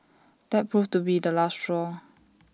that proved to be the last straw